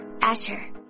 Asher